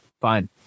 fine